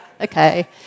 Okay